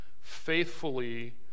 faithfully